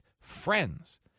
friends